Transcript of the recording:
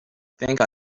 think